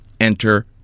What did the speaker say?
Enter